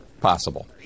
possible